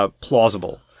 Plausible